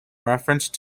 reference